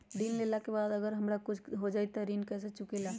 ऋण लेला के बाद अगर हमरा कुछ हो जाइ त ऋण कैसे चुकेला?